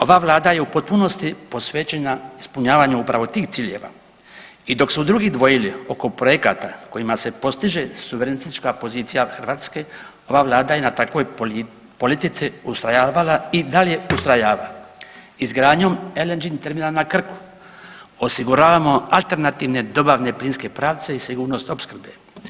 Ova vlada je u potpunosti posvećena ispunjavanju upravo tih ciljeva i dok su drugi dvojili oko projekata kojima se postiže suverenistička pozicija Hrvatske ova vlada je na takvoj politici ustrajavala i dalje ustrajava izgradnjom LNG terminala na Krku, osiguravamo alternativne dobavne plinske pravce i sigurnost opskrbe.